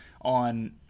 on